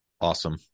Awesome